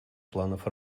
планов